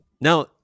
Now